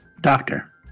Doctor